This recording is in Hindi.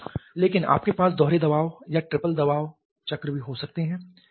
लेकिन आपके पास दोहरे दबाव या ट्रिपल दबाव चक्र भी हो सकते हैं